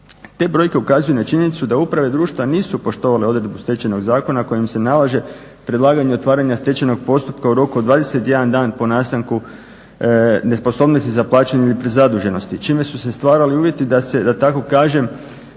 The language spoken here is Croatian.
Te brojke ukazuju na činjenicu da uprave društva nisu poštovale odredbu Stečajnog zakona kojim se nalaže predlaganje otvaranja stečajnog postupka u roku od 21 dan po nastanku nesposobnosti za plaćanje prezaduženosti čime su se stvarali uvjeti da tako kažem